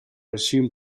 assumed